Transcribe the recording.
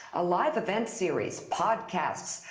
a live event series, podcasts,